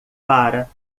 para